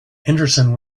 henderson